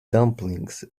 dumplings